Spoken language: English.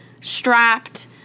strapped